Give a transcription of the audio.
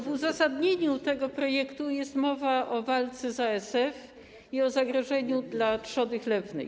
W uzasadnieniu tego projektu jest mowa o walce z ASF i o zagrożeniu dla trzody chlewnej.